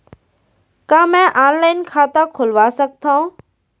का मैं ऑनलाइन खाता खोलवा सकथव?